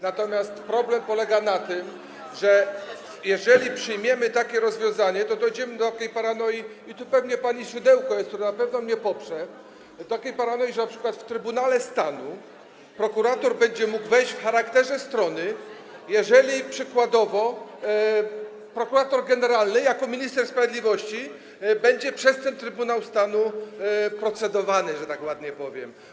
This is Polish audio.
natomiast problem polega na tym, że jeżeli przyjmiemy takie rozwiązanie, to dojdziemy do takiej paranoi - i tu pewnie pani Szydełko na pewno mnie poprze - że np. w Trybunale Stanu prokurator będzie mógł wejść w charakterze strony, jeżeli przykładowo prokurator generalny jako minister sprawiedliwości będzie przez ten Trybunał Stanu procedowany, że tak ładnie powiem.